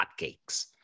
hotcakes